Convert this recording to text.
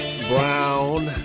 brown